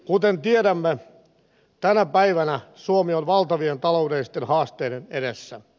kuten tiedämme tänä päivänä suomi on valtavien taloudellisten haasteiden edessä